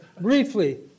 Briefly